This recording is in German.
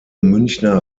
münchner